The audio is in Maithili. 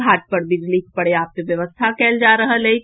घाट पर बिजलीक पर्याप्त व्यवस्था कयल जा रहल अछि